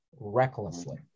recklessly